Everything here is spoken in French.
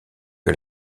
que